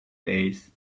days